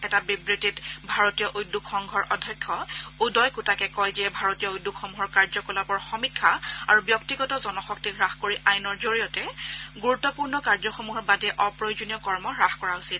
এক বিবৃতিত ভাৰতীয় উদ্যোগ সংঘৰ অধ্যক্ষ উদয় কোটাকে কয় যে ভাৰতীয় উদ্যোগসমূহৰ কাৰ্যকলাপৰ সমীক্ষা আৰু ব্যক্তিগত জনশক্তি হাস কৰি আইনৰ জৰিয়তে গুৰুত্বপূৰ্ণ কাৰ্যসমূহৰ বাদে অপ্ৰয়োজনীয় কৰ্ম হাস কৰা উচিত